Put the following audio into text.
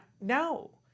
no